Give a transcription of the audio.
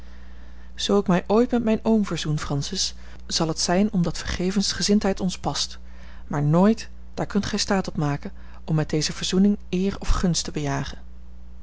zoo ik mij ooit met mijn oom verzoen francis zal het zijn omdat vergevingsgezindheid ons past maar nooit daar kunt gij staat op maken om met deze verzoening eere of gunst te